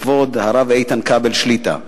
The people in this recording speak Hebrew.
לכבוד: הרב איתן כבל שליט"א.